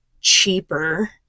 cheaper